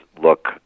look